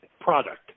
product